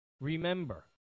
Remember